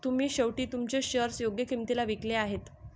तुम्ही शेवटी तुमचे शेअर्स योग्य किंमतीला विकले आहेत